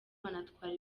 banatwara